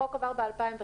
החוק עבר ב-2015,